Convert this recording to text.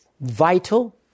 vital